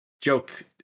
joke